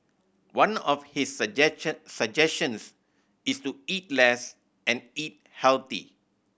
one of his suggestions is to eat less and eat health